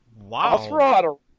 Wow